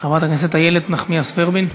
חברת הכנסת איילת נחמיאס ורבין,